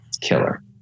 Killer